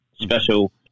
special